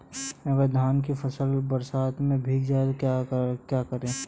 अगर धान की फसल बरसात में भीग जाए तो क्या करें?